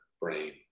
brain